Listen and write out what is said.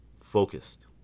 focused